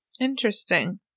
Interesting